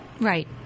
Right